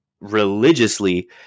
religiously